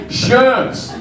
shirts